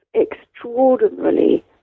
extraordinarily